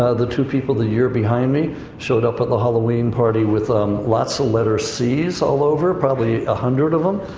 ah the two people the year behind me showed up at the halloween party with lots of letter c's all over, probably a hundred of them.